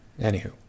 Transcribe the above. Anywho